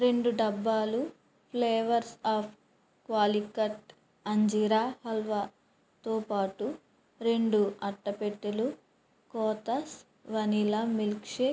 రెండు డబ్బాలు flavours of Calicut అంజీరా హల్వాతో పాటు రెండు అట్టపెట్టెలు కొతస్ వనీలా మిల్క్షేక్